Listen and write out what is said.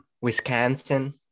Wisconsin